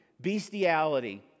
bestiality